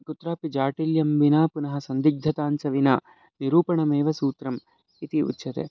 कुत्रापि जाटिल्यं विना पुनः सन्धिग्धताञ्च विना निरूपणमेव सूत्रम् इति उच्यते